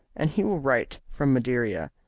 and he will write from madeira.